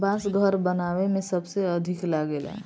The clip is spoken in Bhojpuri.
बांस घर बनावे में सबसे अधिका लागेला